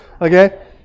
Okay